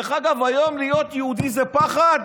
היום להיות יהודי זה פחד.